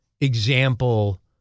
example